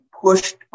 pushed